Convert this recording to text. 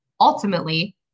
ultimately